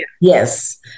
yes